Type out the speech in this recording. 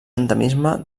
endemisme